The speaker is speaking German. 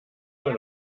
mal